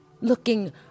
Looking